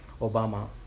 Obama